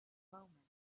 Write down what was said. moment